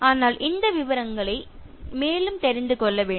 ஆனால் நீங்கள் விவரங்களை மேலும் தெரிந்து கொள்ள வேண்டும்